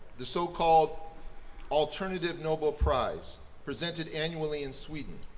the so-called alternative nobel prize presented annually in sweden.